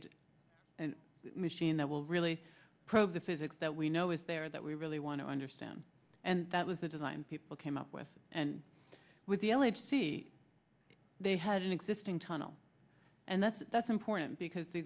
it machine that will really probe the physics that we know is there that we really want to understand and that was the design people came up with and with the l h c they had an existing tunnel and that's that's important because the